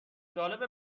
جالبه